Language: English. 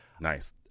Nice